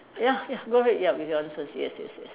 ya ya go ahead ya with your answers yes yes yes